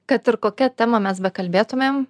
kad ir kokia tema mes bekalbėtumėm